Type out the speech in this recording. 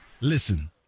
Listen